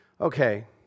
okay